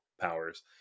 powers